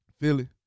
Philly